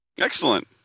Excellent